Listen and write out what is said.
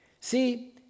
See